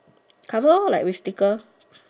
cover lor like with sticker